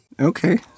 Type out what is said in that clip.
okay